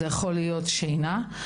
זה יכול להיות שינה,